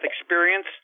experience